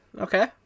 Okay